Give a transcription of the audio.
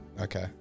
okay